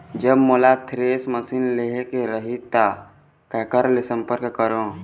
जब मोला thresher machine लेहेक रही ता काकर ले संपर्क करों?